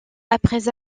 après